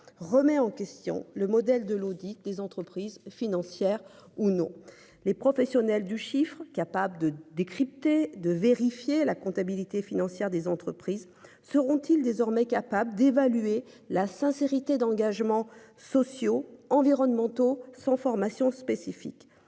remet en question le modèle de l'audit des entreprises financières ou non. Les professionnels du chiffre capable de décrypter, de vérifier la comptabilité financière des entreprises seront-ils désormais capable d'évaluer la sincérité d'engagements sociaux, environnementaux, sans formation spécifique,